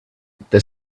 the